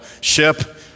ship